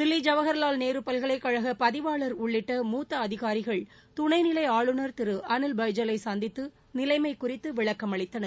தில்லி ஐவஹர்வால் நேரு பல்கலைக்கழக பதிவாளர் உள்ளிட்ட மூத்த அதிகாரிகள் துணைநிலை ஆளுநர் திரு அனில் பைஜாலை சந்தித்து நிலைமை குறித்து விளக்கம் அளித்தனர்